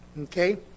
okay